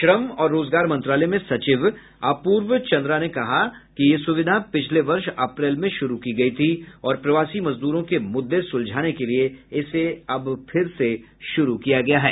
श्रम और रोजगार मंत्रालय में सचिव अपूर्व चन्द्रा ने कहा कि यह सुविधा पिछले वर्ष अप्रैल में शुरू की गई थी और प्रवासी मजदूरों के मुद्दे सुलझाने के लिए इसे अब फिर शुरू किया गया है